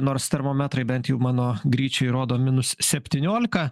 nors termometrai bent jau mano gryčioj rodo minus septyniolika